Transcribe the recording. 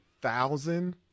thousand